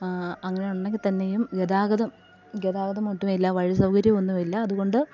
അങ്ങനെ ഉണ്ടെങ്കിൽ തന്നെയും ഗതാഗതം ഗതാഗതം ഒട്ടുമില്ല വഴിസൗകര്യമൊന്നുമില്ല അതുകൊണ്ട്